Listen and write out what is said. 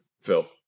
Phil